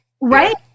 right